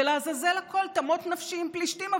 ולעזאזל הכול, תמות נפשי עם פלשתים.